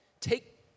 take